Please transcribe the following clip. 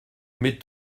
mais